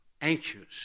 anxious